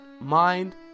mind